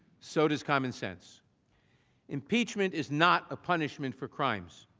sodas common sense impeachment is not a punishment for crimes.